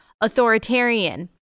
authoritarian